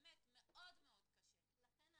אני לא.